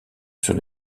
sur